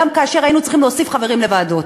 גם כאשר היינו צריכים להוסיף חברים לוועדות.